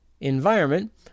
Environment